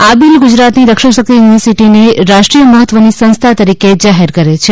આ બિલ ગુજરાતની રક્ષાશક્તિ યુનિવર્સિટીને રાષ્ટ્રીય મહત્વની સંસ્થા તરીકે જાહેર કરે છે